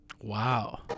Wow